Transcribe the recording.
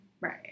right